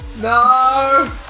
No